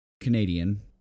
Canadian